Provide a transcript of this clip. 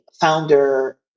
founder